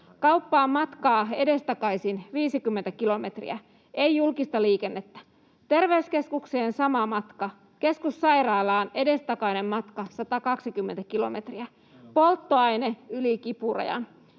Kauppaan on matkaa edestakaisin 50 kilometriä, ei julkista liikennettä, terveyskeskukseen sama matka, keskussairaalaan edestakainen matka 120 kilometriä, polttoaine yli kipurajan.